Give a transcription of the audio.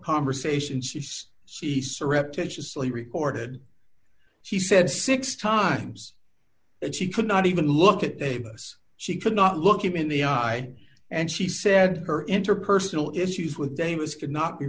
conversation she says she saw repetitiously reported she said six times that she could not even look at davis she could not look him in the eye and she said her interpersonal issues with davis could not be